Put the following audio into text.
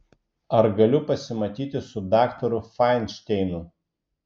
ar galiu pasimatyti su daktaru fainšteinu